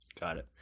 got it.